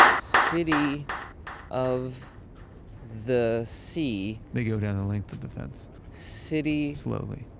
city of the sea. they go down length of the fence city, slowly,